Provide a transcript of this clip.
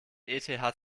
eth